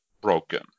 broken